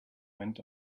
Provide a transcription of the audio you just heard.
went